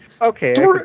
Okay